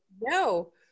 No